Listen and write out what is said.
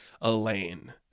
Elaine